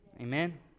Amen